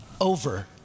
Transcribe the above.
over